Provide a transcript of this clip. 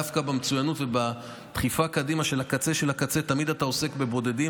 דווקא במצוינות ובדחיפה קדימה של הקצה של הקצה תמיד אתה עוסק בבודדים,